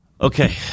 Okay